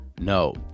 no